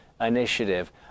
initiative